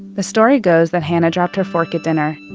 the story goes that hana dropped her fork at dinner.